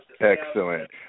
Excellent